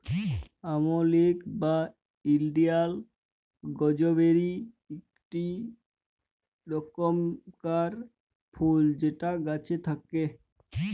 আমলকি বা Indian gooseberry ইকটি রকমকার ফুল যেটা গাছে থাক্যে